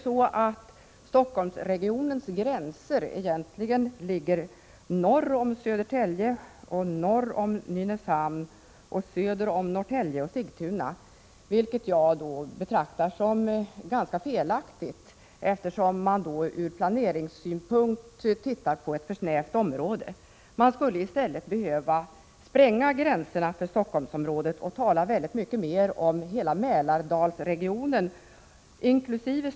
Stockholmsregionens gränser ligger egentligen norr om Södertälje och Nynäshamn samt söder om Södertälje och Sigtuna, vilket jag betraktar som olyckligt, eftersom man ur planeringssynpunkt ser på ett för snävt område. Gränserna för Stockholmsområdet skulle behöva sprängas, och man borde tala mer om hela Mälardalsregionen inkl.